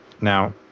Now